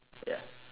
ya